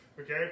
okay